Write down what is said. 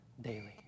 daily